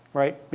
right?